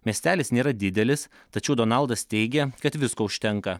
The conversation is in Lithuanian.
miestelis nėra didelis tačiau donaldas teigia kad visko užtenka